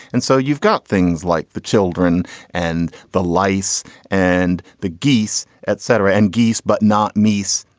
and so you've got things like the children and the lice and the geese, et cetera, and geese, but not meece,